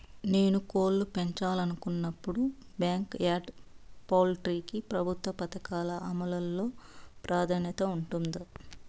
నేను కోళ్ళు పెంచాలనుకున్నపుడు, బ్యాంకు యార్డ్ పౌల్ట్రీ కి ప్రభుత్వ పథకాల అమలు లో ప్రాధాన్యత ఉంటుందా?